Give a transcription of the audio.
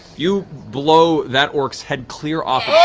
you blow that orc's head clear off